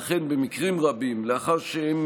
ואכן, במקרים רבים, לאחר שהם